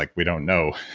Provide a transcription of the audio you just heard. like we don't know,